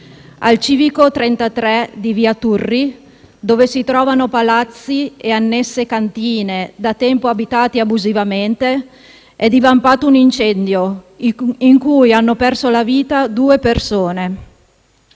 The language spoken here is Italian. Al civico 33 di via Turri, dove si trovano palazzi e annesse cantine da tempo abitati abusivamente, è divampato un incendio in cui hanno perso la vita due persone.